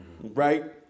right